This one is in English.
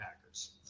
Packers